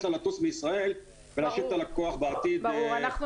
לה לטוס מישראל ולהשאיר את הלקוח בעתיד -- ברור.